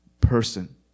person